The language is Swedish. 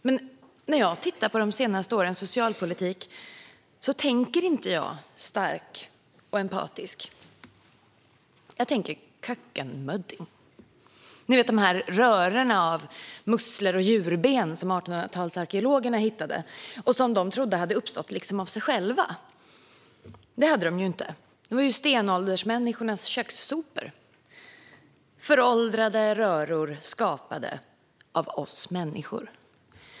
Men när jag tittar på de senaste årens socialpolitik tänker jag inte stark och empatisk, utan jag tänker kökkenmödding - ni vet, de här rörorna av musslor och djurben som 1800-talsarkeologerna hittade och som de trodde hade uppstått liksom av sig själva. Det hade de ju inte. Det var stenåldersmänniskornas kökssopor - föråldrade röror skapade av oss människor.